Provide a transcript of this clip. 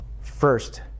First